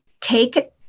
take